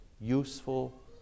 useful